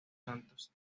santos